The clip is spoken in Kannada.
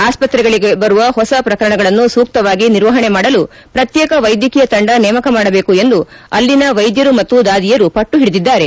ಆಸ್ತತ್ರೆಗಳಿಗೆ ಬರುವ ಹೊಸ ಪ್ರಕರಣಗಳನ್ನು ಸೂಕ್ತವಾಗಿ ನಿರ್ವಹಣೆ ಮಾಡಲು ಪ್ರತ್ತೇಕ ವೈದ್ಯಕೀಯ ತಂಡ ನೇಮಕ ಮಾಡಬೇಕು ಎಂದು ಅಲ್ಲಿನ ವೈದ್ಯರು ಮತ್ತು ದಾದಿಯರು ಪಟ್ಟು ಹಿಡಿದಿದ್ದಾರೆ